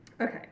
Okay